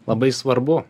labai svarbu